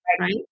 Right